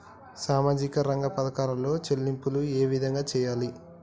సామాజిక రంగ పథకాలలో చెల్లింపులు ఏ విధంగా చేయాలి?